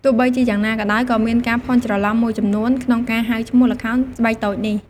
ទោះបីជាយ៉ាងណាក៏ដោយ ក៏មានការភ័ន្តច្រឡំមួយចំនួនក្នុងការហៅឈ្មោះល្ខោនស្បែកតូចនេះ ។